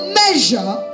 measure